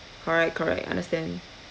correct correct understand